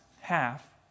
half